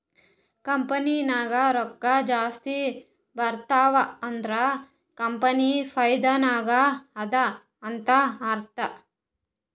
company ನಾಗ್ ರೊಕ್ಕಾ ಜಾಸ್ತಿ ಬರ್ತಿವ್ ಅಂದುರ್ ಕಂಪನಿ ಫೈದಾ ನಾಗ್ ಅದಾ ಅಂತ್ ಅರ್ಥಾ